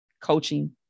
coaching